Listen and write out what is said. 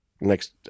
Next